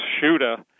shooter